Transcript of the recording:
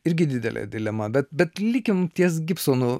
irgi didelė dilema bet bet likim ties gibsonu